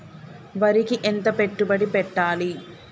వరికి ఎంత పెట్టుబడి పెట్టాలి?